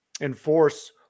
enforce